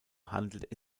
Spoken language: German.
handelt